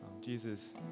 Jesus